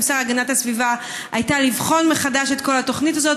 השר להגנת הסביבה היו לבחון מחדש את כל התוכנית הזאת,